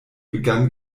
begann